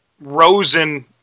Rosen